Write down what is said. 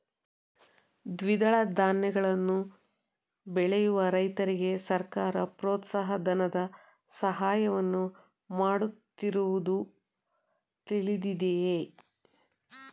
ದ್ವಿದಳ ಧಾನ್ಯಗಳನ್ನು ಬೆಳೆಯುವ ರೈತರಿಗೆ ಸರ್ಕಾರ ಪ್ರೋತ್ಸಾಹ ಧನದ ಸಹಾಯವನ್ನು ಮಾಡುತ್ತಿರುವುದು ತಿಳಿದಿದೆಯೇ?